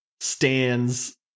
stands